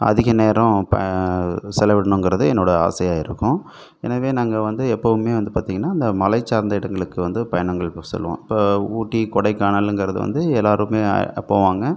அதிக நேரம் இப்போ செலவிடனுங்கிறது என்னோட ஆசையாக இருக்கும் எனவே நாங்கள் வந்து எப்பவுமே வந்து பார்த்திங்கன்னா அந்த மலைச்சார்ந்த இடங்களுக்கு வந்து பயணங்கள் செல்வோம் இப்போ ஊட்டி கொடைக்கானல்கிறது வந்து எல்லாருமே போவாங்க